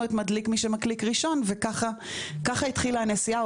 את מדליק מי שמקליק ראשון וככה התחילה הנסיעה,